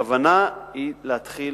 הכוונה היא להתחיל